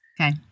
Okay